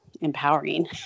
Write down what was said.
empowering